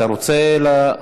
אתה רוצה?